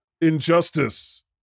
Injustice